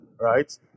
right